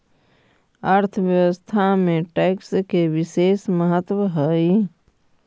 अर्थव्यवस्था में टैक्स के बिसेस महत्व हई